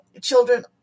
children